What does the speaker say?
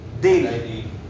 daily